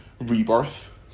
Rebirth